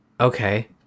Okay